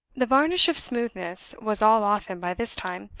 the varnish of smoothness was all off him by this time.